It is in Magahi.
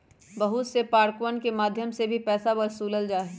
बहुत से पार्कवन के मध्यम से भी पैसा वसूल्ल जाहई